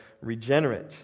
regenerate